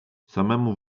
samemu